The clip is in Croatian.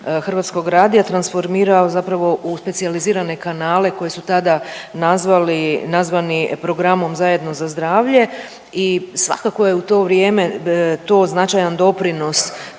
hrvatskog radija transformirao zapravo u specijalizirane kanale koji su tada nazvali, nazvani programom zajedno za zdravlje i svakako je u to vrijeme to značajan doprinos